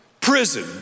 prison